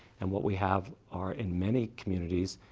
and what we have are, in many communities,